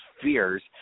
fears